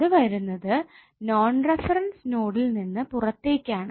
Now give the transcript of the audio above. അത് വരുന്നത് non reference നോഡിൽനിന്ന് പുറത്തേക്കാണ്